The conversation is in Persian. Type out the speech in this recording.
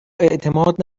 اعتماد